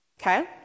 Okay